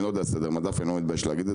אני לא יודע לסדר מדף ואני לא מתבייש בזה,